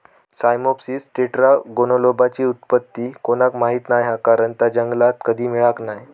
Cyamopsis टेट्रागोनोलोबाची उत्पत्ती कोणाक माहीत नाय हा कारण ता जंगलात कधी मिळाक नाय